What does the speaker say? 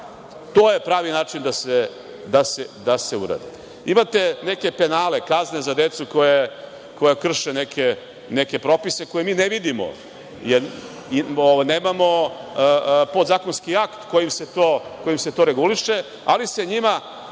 to je pravi način da se uradi. Imate neke penale, kazne za decu koja krše neke propise koje mi ne vidimo, jer nemamo podzakonski akt kojim se to reguliše, ali se njima